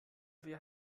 wir